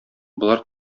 болар